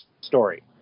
story